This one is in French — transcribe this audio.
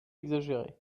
exagéré